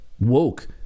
woke